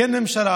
כן ממשלה,